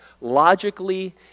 Logically